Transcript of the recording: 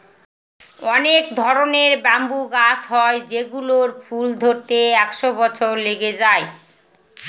অনেক ধরনের ব্যাম্বু গাছ হয় যেগুলোর ফুল ধরতে একশো বছর লেগে যায়